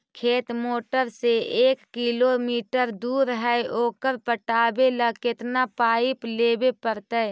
खेत मोटर से एक किलोमीटर दूर है ओकर पटाबे ल केतना पाइप लेबे पड़तै?